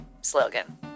slogan